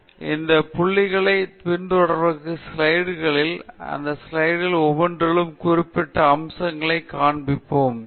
எனவே இந்த இரு புள்ளிகளைப் பின்தொடரும் ஸ்லைடுகளில் அந்த ஸ்லைடுகளில் ஒவ்வொன்றிலும் குறிப்பிட்ட அம்சங்களைக் காண்பிப்பேன்